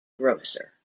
grocer